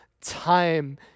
time